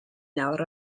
nawr